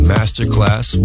Masterclass